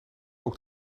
ook